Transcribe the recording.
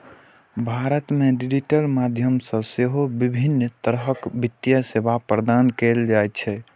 भारत मे डिजिटल माध्यम सं सेहो विभिन्न तरहक वित्तीय सेवा प्रदान कैल जाइ छै